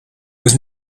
was